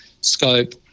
scope